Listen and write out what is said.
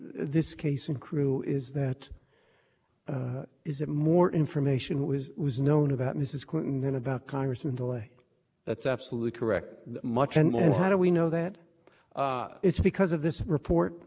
this case and crew is that is that more information was was known about mrs clinton than about congressman de lay that's absolutely correct much and how do we know that it's because of this report